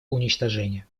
уничтожения